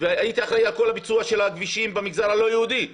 אחראי על כל הביצוע של הכבישים במגזר הלא יהודי,